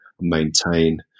maintain